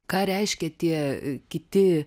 ką reiškia tie kiti